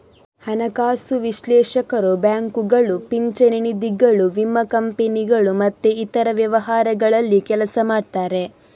ಹಣಕಾಸು ವಿಶ್ಲೇಷಕರು ಬ್ಯಾಂಕುಗಳು, ಪಿಂಚಣಿ ನಿಧಿಗಳು, ವಿಮಾ ಕಂಪನಿಗಳು ಮತ್ತೆ ಇತರ ವ್ಯವಹಾರಗಳಲ್ಲಿ ಕೆಲಸ ಮಾಡ್ತಾರೆ